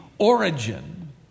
origin